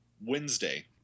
Wednesday